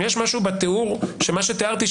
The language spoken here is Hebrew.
אם יש משהו בתיאור של מה שתיארתי,